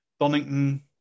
Donington